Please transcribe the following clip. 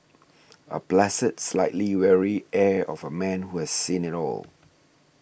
a placid slightly weary air of a man who has seen it all